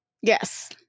Yes